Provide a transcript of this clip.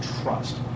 trust